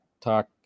talk